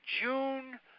June